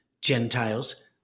Gentiles